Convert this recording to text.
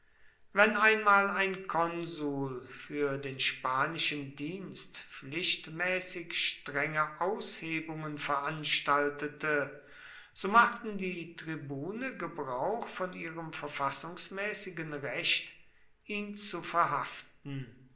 wenn einmal ein konsul für den spanischen dienst pflichtmäßig strenge aushebungen veranstaltete so machten die tribune gebrauch von ihrem verfassungsmäßigen recht ihn zu verhaften